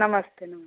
नमस्ते नमस्ते